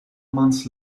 months